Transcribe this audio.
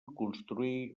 construir